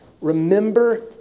Remember